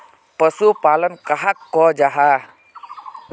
पशुपालन कहाक को जाहा?